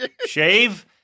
Shave